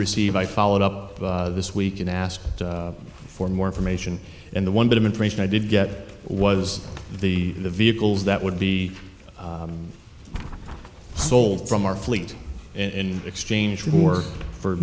receive i followed up this week and asked for more information and the one bit of information i did get was the the vehicles that would be sold from our fleet in exchange for